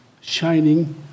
shining